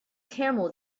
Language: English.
camel